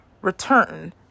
return